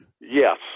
Yes